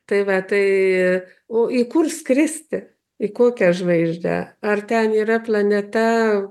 tai va tai o į kur skristi į kokią žvaigždę ar ten yra planeta